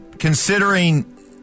considering